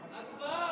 אנחנו מושכים את,